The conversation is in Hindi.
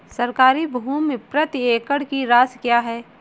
सरकारी भूमि प्रति एकड़ की राशि क्या है?